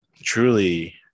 truly